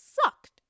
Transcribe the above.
Sucked